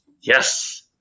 yes